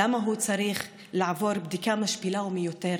למה הוא צריך לעבור בדיקה משפילה ומיותרת.